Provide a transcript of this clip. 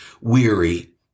weary